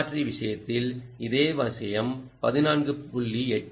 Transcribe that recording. buck மாற்றி விஷயத்தில் இதே விஷயம் 14